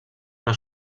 una